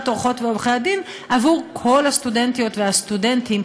עורכות ועורכי הדין עבור כל הסטודנטיות והסטודנטים,